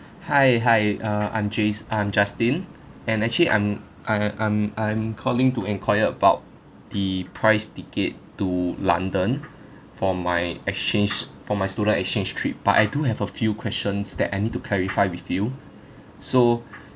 hi hi uh I'm jus~ I'm justin and actually I'm I I'm I'm calling to enquire about the price ticket to london for my exchange for my student exchange trip but I do have a few questions that I need to clarify with you so